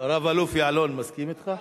רב-אלוף יעלון מסכים אתך?